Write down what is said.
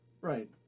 Right